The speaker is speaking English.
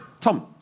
Tom